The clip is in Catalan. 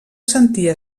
sentia